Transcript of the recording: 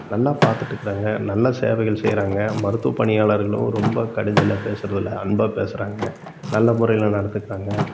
நல்லா பார்த்துட்டுருக்குறாங்க நல்லா சேவைகள் செய்கிறாங்க மருத்துவ பணியாளர்களும் ரொம்ப கடுஞ்சொல்லாக பேசுகிறது இல்லை அன்பாக பேசுகிறாங்கங்க நல்ல முறையில் நடந்துக்குறாங்க